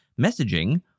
messaging